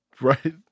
right